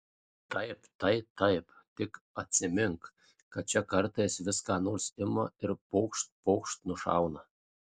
taip tai taip tik atsimink kad čia kartais vis ką nors ima ir pokšt pokšt nušauna